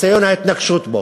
ניסיון ההתנקשות בו.